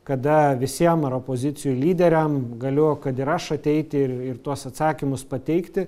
kada visiem ar opozicijų lyderiam galiu kad ir aš ateiti ir ir tuos atsakymus pateikti